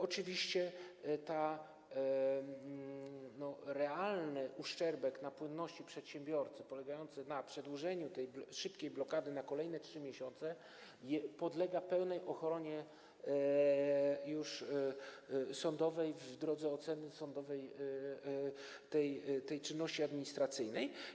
Oczywiście realny uszczerbek na płynności przedsiębiorcy polegający na przedłużeniu szybkiej blokady na kolejne 3 miesiące podlega pełnej ochronie sądowej, w drodze oceny sądowej tej czynności administracyjnej.